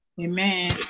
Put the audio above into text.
Amen